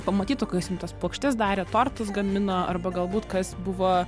pamatytų kas jums tas puokštes darė tortus gamina arba galbūt kas buvo